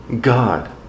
God